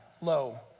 low